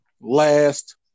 last